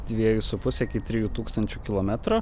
dviejų su puse iki trijų tūkstančių kilometrų